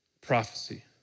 prophecy